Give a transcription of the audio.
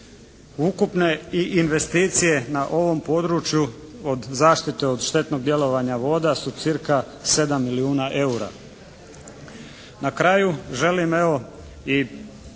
ukupne i investicije na ovom području od zaštite od štetnog djelovanja voda su cca. 7 milijuna eura. Na kraju želim evo i